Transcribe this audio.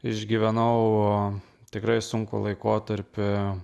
išgyvenau tikrai sunkų laikotarpį